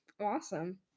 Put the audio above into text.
awesome